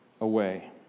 away